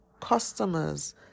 customers